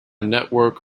network